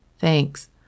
Thanks